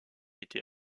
été